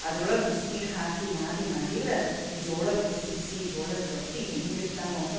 ಅದ್ರೊಳಗೆ ಬಿಸ್ನೀರು ಹಾಕಿ ನಾದಿ ಮಾಡಿದ್ರೆ ಜೋಳದ ಬಿಸಿ ಬಿಸಿ ಜೋಳದ ರೊಟ್ಟಿ ಹೆಂಗಿರ್ತಾವೆ ಅಂದ್ರೆ